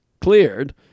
cleared